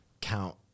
count